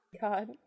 god